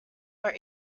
are